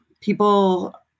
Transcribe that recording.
people